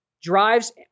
drives